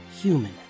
human